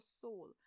soul